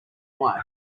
white